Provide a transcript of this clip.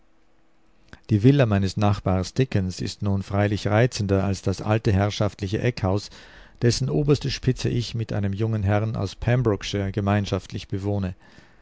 die villa meines nachbars dickens ist nun freilich reizender als das alte herrschaftliche eckhaus dessen oberste spitze ich mit einem jungen herrn aus pembrokeshire gemeinschaftlich bewohne